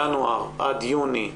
ינואר עד יוני 2019,